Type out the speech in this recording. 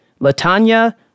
LaTanya